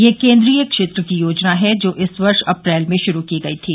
यह केंद्रीय क्षेत्र की योजना है जो इस वर्ष अप्रैल में शुरू की गई थी